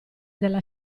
della